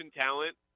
talent